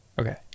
Okay